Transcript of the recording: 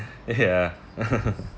ya